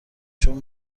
چون